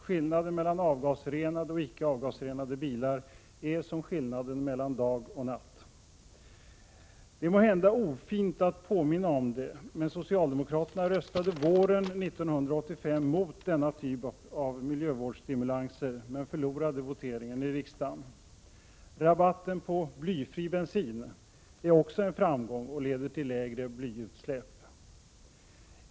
Skillnaden mellan avgasrenade och icke avgasrenade bilar är som skillnaden mellan dag och natt. Det är måhända ofint att påminna om det, men socialdemokraterna röstade våren 1985 mot denna typ av miljövårdsstimulanser men förlorade voteringen i riksdagen. Rabatten på blyfri bensin är också en framgång och leder till lägre blyutsläpp.